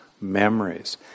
memories